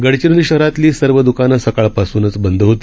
गडचिरोलीशहरातलीसर्वद्कानंसकाळपासूनचबंदहोती